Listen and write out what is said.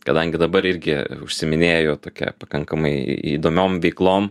kadangi dabar irgi užsiiminėju tokia pakankamai įdomiom veiklom